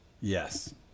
yes